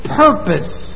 purpose